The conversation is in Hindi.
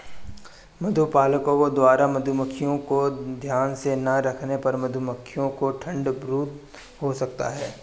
मधुपालकों द्वारा मधुमक्खियों को ध्यान से ना रखने पर मधुमक्खियों को ठंड ब्रूड हो सकता है